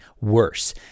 worse